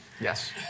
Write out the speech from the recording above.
Yes